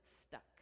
stuck